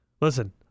listen